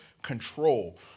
control